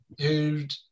who'd